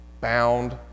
bound